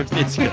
it's yeah